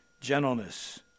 gentleness